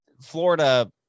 Florida